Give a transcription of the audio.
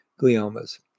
gliomas